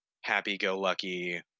happy-go-lucky